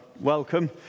welcome